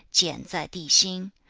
jian zai di xin,